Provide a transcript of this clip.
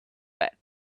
bed